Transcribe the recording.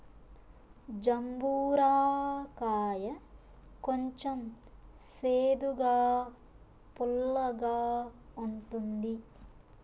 జంబూర కాయ కొంచెం సేదుగా, పుల్లగా ఉంటుంది